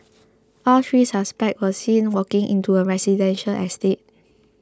all three suspects were seen walking into a residential estate